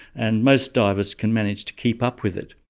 and most divers can manage to keep up with it.